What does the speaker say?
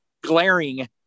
glaring